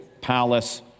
palace